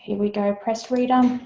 and we go pressereader,